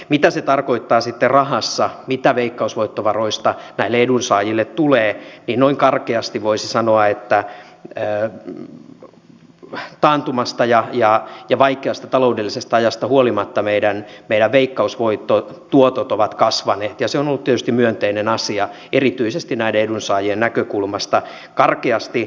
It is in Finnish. mitä se sitten tarkoittaa rahassa mitä veikkausvoittovaroista näille edunsaajille tulee noin karkeasti voisi sanoa että taantumasta ja vaikeasta taloudellisesta ajasta huolimatta meidän veikkausvoittotuottomme ovat kasvaneet ja se on ollut tietysti myönteinen asia erityisesti näiden edunsaajien näkökulmasta